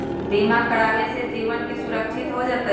बीमा करावे से जीवन के सुरक्षित हो जतई?